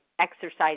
exercise